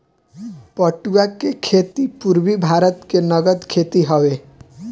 पटुआ के खेती पूरबी भारत के नगद खेती हवे